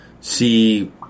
See